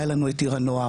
היה לנו את עיר הנוער,